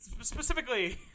specifically